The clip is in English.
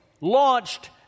launched